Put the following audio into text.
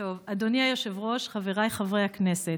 אדוני היושב-ראש, חבריי חברי הכנסת,